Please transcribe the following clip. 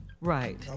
Right